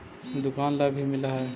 दुकान ला भी मिलहै?